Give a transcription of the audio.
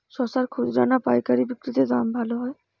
শশার খুচরা না পায়কারী বিক্রি তে দাম ভালো হয়?